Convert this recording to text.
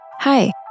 Hi